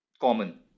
common